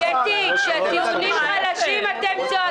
קטי, כשהטיעונים חלשים אתם צועקים.